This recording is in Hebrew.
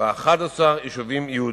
ו-11 יישובים יהודיים,